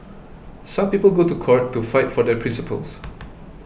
some people go to court to fight for their principles